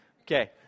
okay